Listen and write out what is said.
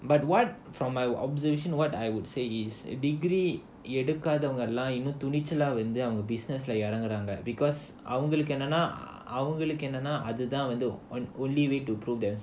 but what from my observation what I would say is degree எடுக்காதவங்களாம் இன்னும் துணிச்சலா:edukkaathavangalaam innum thunichala business lah இறங்குறாங்க:iranguraanga only way to prove themselves